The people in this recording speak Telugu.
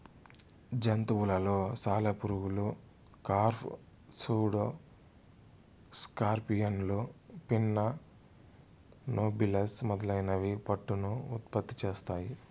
జంతువులలో సాలెపురుగులు, కార్ఫ్, సూడో స్కార్పియన్లు, పిన్నా నోబిలస్ మొదలైనవి పట్టును ఉత్పత్తి చేస్తాయి